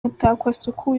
mutakwasuku